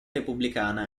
repubblicana